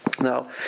Now